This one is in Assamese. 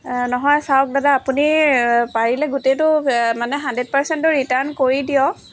নহয় চাওক দাদা আপুনি পাৰিলে গোটেইটো মানে হাণড্ৰেদ পাৰ্চেণ্টটো ৰিটাৰ্ণ কৰি দিয়ক